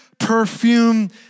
perfume